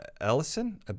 Ellison